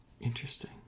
Interesting